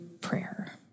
prayer